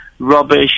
rubbish